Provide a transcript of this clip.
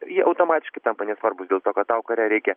jie automatiškai tampa nesvarbūs dėl to kad tau kare reikia